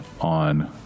on